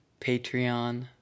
patreon